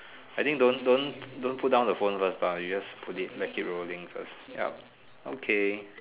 I think don't don't don't put down the phone first bah we just put it let it rolling first ya okay